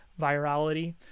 virality